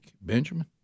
Benjamin